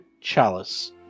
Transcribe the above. chalice